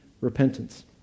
repentance